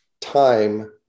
time